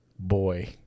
Boy